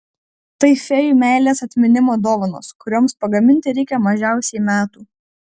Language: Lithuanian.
tai fėjų meilės atminimo dovanos kurioms pagaminti reikia mažiausiai metų